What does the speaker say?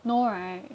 no right